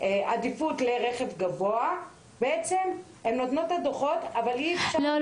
עדיפות לרכב גבוה הן נותנות את הדוחות אבל אי אפשר --- לא,